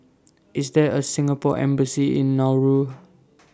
IS There A Singapore Embassy in Nauru